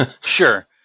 Sure